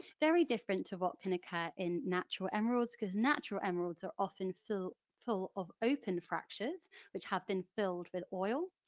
very different to what can occur in natural emeralds because natural emeralds are often full full of open fractures which have been filled with oil.